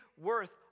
worth